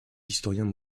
historiens